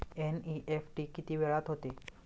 NEFT किती वेळात होते?